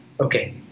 Okay